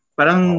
Parang